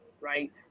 right